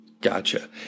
gotcha